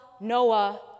Noah